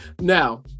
now